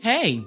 Hey